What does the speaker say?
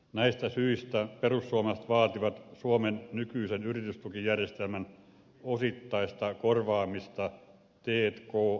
näistä syistä perussuomalaiset vaativat suomen nykyisen yritystukijärjestelmän osittaista korvaamista t k verotuella